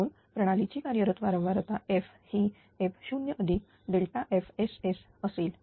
म्हणून प्रणालीची कार्यरत वारंवारता f हीf0FSS असेल